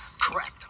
correct